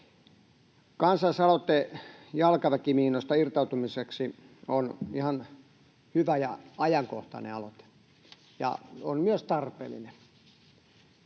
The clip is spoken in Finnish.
Kansalaisaloite jalkaväkimiinoista irtautumiseksi on ihan hyvä ja ajankohtainen aloite, ja se on myös tarpeellinen.